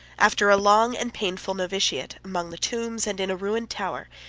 after a long and painful novitiate, among the tombs, and in a ruined tower,